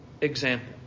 example